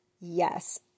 Yes